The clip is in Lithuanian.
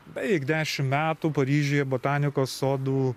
beveik dešimt metų paryžiuje botanikos sodų